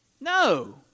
No